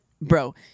bro